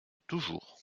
toujours